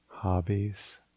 hobbies